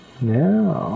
Now